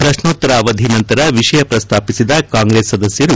ಪ್ರಶ್ನೋತ್ತರ ಅವಧಿ ನಂತರ ವಿಷಯ ಪ್ರಸ್ತಾಪಿಸಿದ ಕಾಂಗ್ರೆಸ್ ಸದಸ್ಟರು